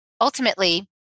ultimately